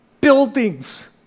buildings